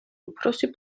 უფროსი